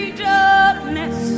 darkness